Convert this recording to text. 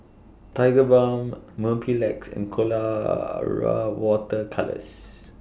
Tigerbalm Mepilex and Colora Water Colours